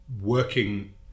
Working